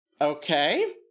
Okay